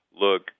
look